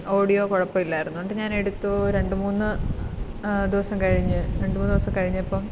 audio കുഴപ്പമില്ലായിരുന്നു എന്നിട്ട് ഞാനെടുത്തു രണ്ട് മൂന്ന് ദിവസം കഴിഞ്ഞ് രണ്ട് മൂന്ന് ദിവസം കഴിഞ്ഞപ്പോള്